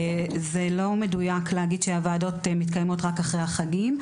זה לא מדויק להגיד שהוועדות מתקיימות רק אחרי החגים.